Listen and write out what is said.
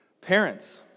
Parents